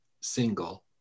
single